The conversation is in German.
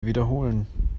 wiederholen